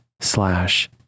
slash